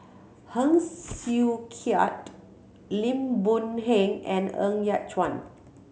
Heng Sui Keat Lim Boon Heng and Ng Yat Chuan